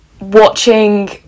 watching